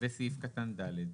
וסעיף קטן (ד).